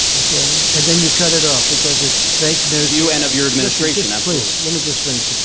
okay. and then you cut it up because it's fake news, you and of your administration. please let me just finish.